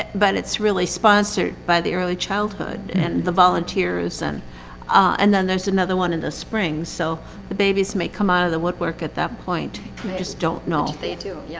but it's really sponsored by the early childhood and the volunteers and and then there's another one in the spring so the babies may come out of the woodwork at that point. you just don't know. they do, yeah